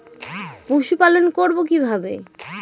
পশুপালন করব কিভাবে?